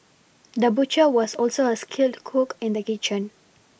the butcher was also a skilled cook in the kitchen